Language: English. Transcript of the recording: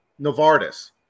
Novartis